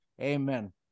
Amen